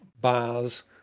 bars